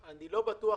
אני לא בטוח.